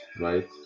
right